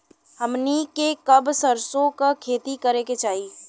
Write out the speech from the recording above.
हमनी के कब सरसो क खेती करे के चाही?